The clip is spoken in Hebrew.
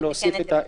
להוסיף את זה.